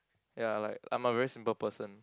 ya like I'm a very simple person